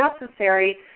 necessary